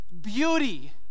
beauty